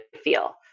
feel